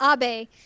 Abe